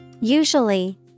Usually